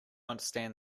understand